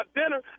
dinner